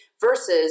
Versus